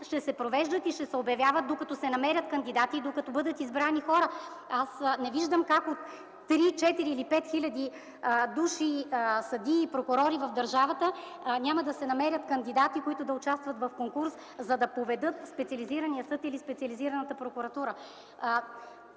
ще се провеждат и ще се обявяват, докато се намерят кандидати и докато бъдат избрани хора. Аз не виждам как от 3, 4 или 5 хиляди души съдии и прокурори в държавата няма да се намерят кандидати, които да участват в конкурс, за да поведат специализирания съд или специализираната прокуратура.